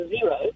zero